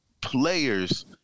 players –